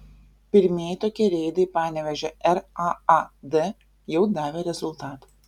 pirmieji tokie reidai panevėžio raad jau davė rezultatų